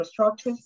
infrastructures